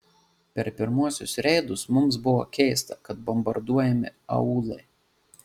per pirmuosius reidus mums buvo keista kad bombarduojami aūlai